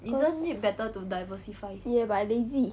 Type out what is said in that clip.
cause ya but I lazy